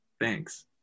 Thanks